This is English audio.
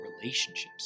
relationships